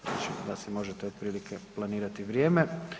Znači da si možete otprilike planirati vrijeme.